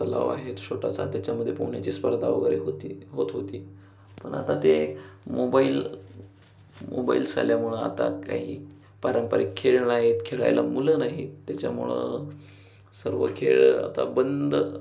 तलाव आहे एक छोटासा त्याच्यामध्ये पोहण्याची स्पर्धा वगैरे होती होत होती पण आता ते मोबाईल मोबाईल्स आल्यामुळं आता काही पारंपरिक खेळ नाही आहे खेळायला मुलं नाही आहेत त्याच्यामुळं सर्व खेळ आता बंद